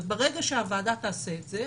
ברגע שהוועדה תעשה את זה,